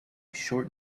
short